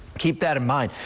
keep that in mind.